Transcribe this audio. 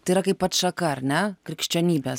tai yra kaip atšaka ar ne krikščionybės